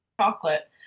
chocolate